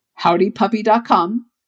HowdyPuppy.com